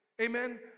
Amen